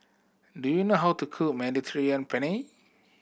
do you know how to cook Mediterranean Penne